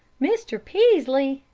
mr. peaslee!